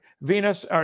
Venus